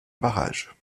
barrage